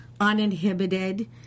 Uninhibited